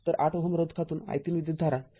तर८ Ω रोधकातून i३ विद्युतधारा आहे